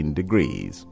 degrees